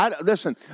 listen